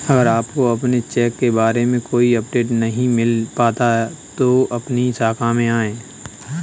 अगर आपको अपने चेक के बारे में कोई अपडेट नहीं मिल पाता है तो अपनी शाखा में आएं